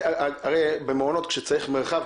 הרי במעונות כאשר צריך מרחב,